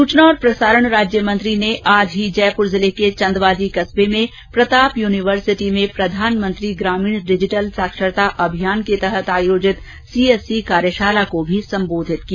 सूचना और प्रसारण राज्य मंत्री ने आज ही जयपुर जिले के चंदवाजी कस्बे में प्रताप यूनिवर्सिटी में प्रधानमंत्री ग्रामीण डिजिटल साक्षरता अभियान के तहत आयोजित सीएससी कार्यशाला को भी संबोधित किया